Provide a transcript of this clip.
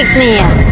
ma'am,